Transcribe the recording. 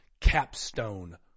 capstone